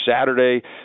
Saturday